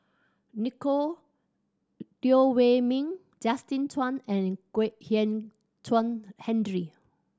Nico Teo Wei Min Justin Zhuang and Kwek Hian Chuan Henry